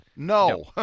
No